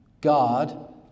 god